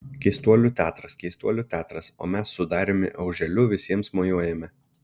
keistuolių teatras keistuolių teatras o mes su dariumi auželiu visiems mojuojame